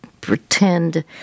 pretend